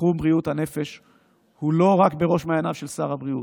תחום בריאות הנפש הוא לא רק בראש מעייניו של שר הבריאות,